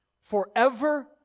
forever